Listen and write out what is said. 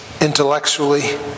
intellectually